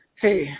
Hey